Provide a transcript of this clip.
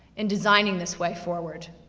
in designing this way forward.